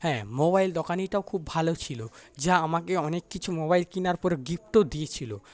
হ্যাঁ মোবাইল দোকানিটাও খুব ভালো ছিল যা আমাকে অনেক কিছু মোবাইল কেনার পরে গিফটও দিয়েছিল